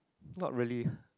not really